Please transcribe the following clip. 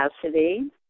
capacity